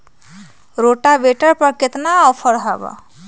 Rotavator पर केतना offer हव?